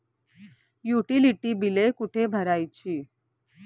Utility बिले कुठे भरायची?